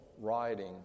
riding